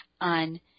on